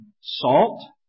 salt